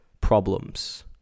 problems